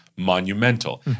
Monumental